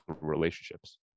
relationships